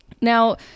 Now